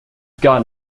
got